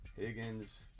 Higgins